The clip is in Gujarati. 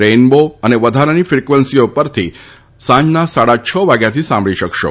રેઇનબો અને વધારાની ફિકવન્સીઓ પરથી સાંજના સાડા છ વાગ્યાથી સાંભળી શકશો